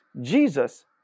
Jesus